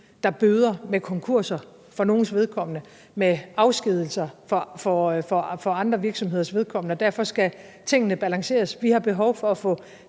der bøder med konkurser for nogles vedkommende og med afskedigelser for andre virksomheders vedkommende. Og derfor skal tingene balanceres. Vi har behov for at få